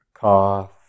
Cough